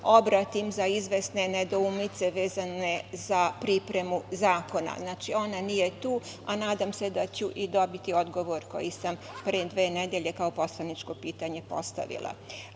obratim za izvesne nedoumice vezane za pripremu zakona. Ona nije tu, a nadam se da ću i dobiti odgovor koji sam pre dve nedelje, kao poslaničko pitanje postavila.